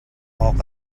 awk